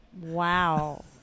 Wow